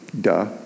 Duh